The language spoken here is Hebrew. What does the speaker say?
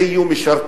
זה, יהיו משרתים.